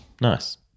Nice